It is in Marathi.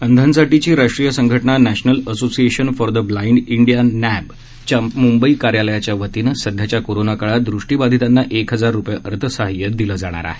अंधांसाठीची राष्ट्रीय संघटना national association for the blind India नश्वच्या मंबई कार्यालयाच्या वतीनं सध्याच्या कोरोनाच्या काळात दृष्टीबाधितांना एक हजार रुपये अर्थसहाय्य दिलं जाणार आहे